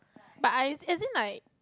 but I isn't like